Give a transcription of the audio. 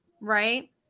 right